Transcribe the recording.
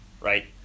right